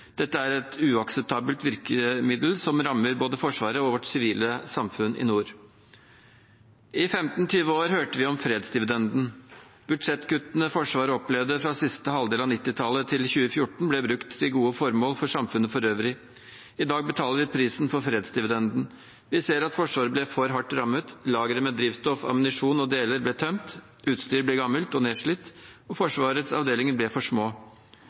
Dette er et uakseptabelt virkemiddel som rammer både Forsvaret og vårt sivile samfunn i nord. I 15–20 år hørte vi om fredsdividenden. Budsjettkuttene Forsvaret opplevde fra siste halvdel av 1990-tallet til 2014 ble brukt til gode formål for samfunnet for øvrig. I dag betaler vi prisen for fredsdividenden. Vi ser at Forsvaret ble for hardt rammet. Lagre med drivstoff, ammunisjon og deler ble tømt, utstyr ble gammelt og nedslitt, og Forsvarets avdelinger ble for små.